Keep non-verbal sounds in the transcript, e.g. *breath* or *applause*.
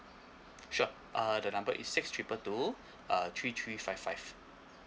sure uh the number is six triple two *breath* uh three three five five